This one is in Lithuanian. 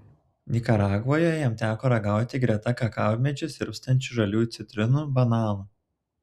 nikaragvoje jam teko ragauti greta kakavmedžių sirpstančių žaliųjų citrinų bananų